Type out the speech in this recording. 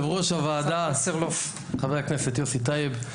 יושב-ראש הוועדה חבר הכנסת יוסי טייב,